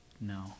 no